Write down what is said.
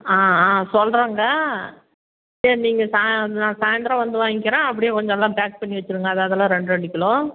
ஆ ஆ சொல்கிறேங்க சரி நீங்கள் சாய் நான் சாயந்தரம் வந்து வாங்கிக்கிறேன் அப்படியே கொஞ்சம் எல்லாம் பேக் பண்ணி வச்சுருங்க அது அதெல்லாம் ரெண்டு ரெண்டு கிலோ